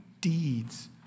deeds